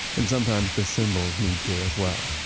and sometimes the symbols need to as well.